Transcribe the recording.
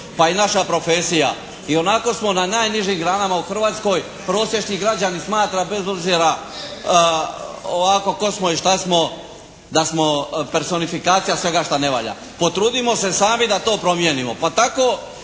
pa i naša profesija. Ionako smo na najnižim granama u Hrvatskoj. Prosječni građanin smatra bez obzira ovako tko smo i šta smo da smo personifikacija svega šta ne valja. Potrudimo se sami da to promijenimo pa tako